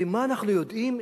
ומה אנחנו יודעים?